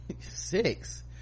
six